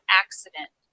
accident